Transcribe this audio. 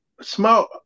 small